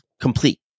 complete